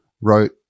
wrote